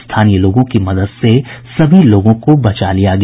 स्थानीय लोगों की मदद से सभी लोगों को बचा लिया गया